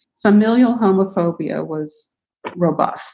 familial homophobia was robust